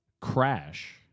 crash